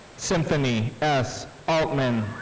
symphony s. altman.